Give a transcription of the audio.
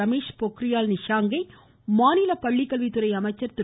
ரமேஷ் பொக்ரியால் நிஷாங்கை மாநில பள்ளிக்கல்வித்துறை அமைச்சர் திரு